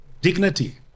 dignity